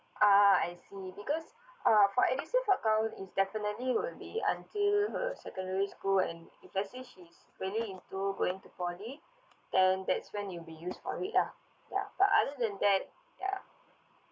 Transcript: ah I see because uh for edusave account is definitely will be until her secondary school and if let's say she's really into going to poly then that's when it'll be use for it ya but other than that ya